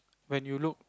when you look